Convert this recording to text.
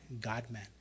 God-man